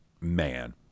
man